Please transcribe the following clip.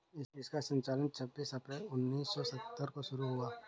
इसका संचालन छब्बीस अप्रैल उन्नीस सौ सत्तर को शुरू हुआ